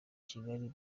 kigali